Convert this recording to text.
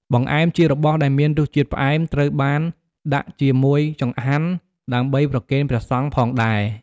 បង្អែមជារបស់ដែលមានរសជាតិផ្អែមត្រូវបានដាក់ជាមូយចង្ហាន់ដើម្បីប្រគេនព្រះសង្ឃផងដែរ។